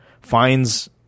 finds